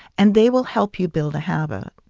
and they will help you build a habit.